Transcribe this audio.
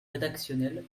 rédactionnel